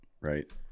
Right